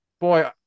boy